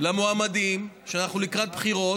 למועמדים אנחנו לקראת בחירות,